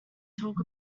talk